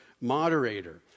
moderator